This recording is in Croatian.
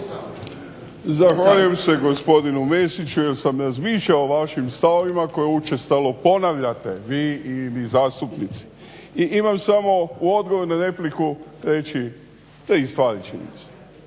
Zahvaljujem se gospodinu Mesiću jer sam razmišljao o vašim stavovima koje učestalo ponavljate vi i zastupnici. I imam samo u odgovoru na repliku reći tri stvari, činjenice.